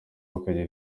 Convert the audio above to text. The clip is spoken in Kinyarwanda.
bakagira